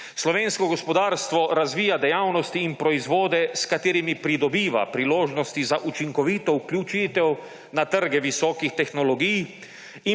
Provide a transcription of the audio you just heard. Slovensko gospodarstvo razvija dejavnosti in proizvode, s katerimi pridobiva priložnosti za učinkovito vključitev na trge visokih tehnologij